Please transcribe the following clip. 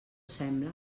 sembla